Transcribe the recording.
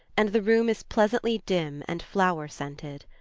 and the room is pleasantly dim and flower-scented.